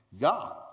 God